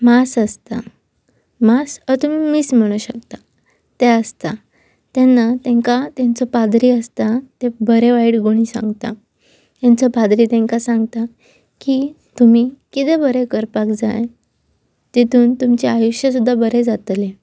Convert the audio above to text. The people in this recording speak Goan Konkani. मास आसता मास हो तुमी मीस म्हणू शकता तें आसता तेन्ना तांकां तेंचो पादरी आसता ते बरें वायट गणी सांगता तांचो पादरी तांकां सांगता की तुमी किदं बरें करपाक जाय तितून तुमचे आयुश्य सुद्दां बरें जातलें